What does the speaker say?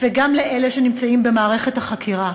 וגם לאלה שנמצאים במערכת החקירה,